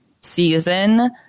season